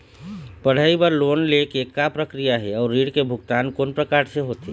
पढ़ई बर लोन ले के का प्रक्रिया हे, अउ ऋण के भुगतान कोन प्रकार से होथे?